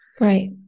Right